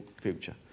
future